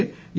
A A